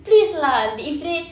please lah if they